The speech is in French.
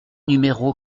numéro